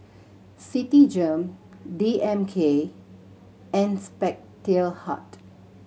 Citigem D M K and Spectacle Hut